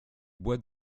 boit